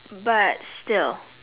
but still